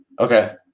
Okay